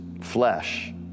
flesh